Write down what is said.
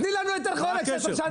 תני לנו היתר חורג 16 שנה.